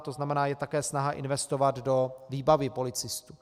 To znamená, je také snaha investovat do výbavy policistů.